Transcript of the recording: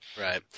Right